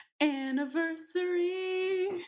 Anniversary